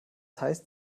heißt